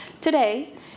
Today